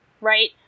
right